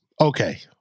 okay